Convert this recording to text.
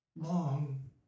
Long